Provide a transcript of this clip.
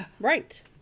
Right